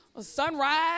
sunrise